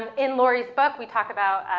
um in lori's book, we talk about,